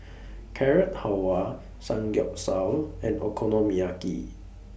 Carrot Halwa Samgeyopsal and Okonomiyaki